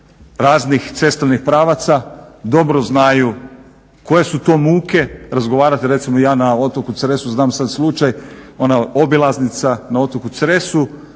raznih cestovnih pravaca dobro znaju koje su to muke razgovarati, recimo ja na otoku Cresu znam sada slučaj ona obilaznica na otoku Cresu